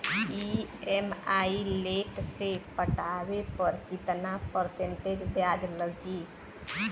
EMI late से पटावे पर कितना परसेंट ब्याज लगी?